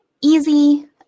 Easy